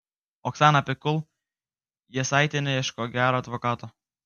oksana pikul jasaitienė ieško gero advokato